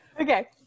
Okay